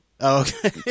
Okay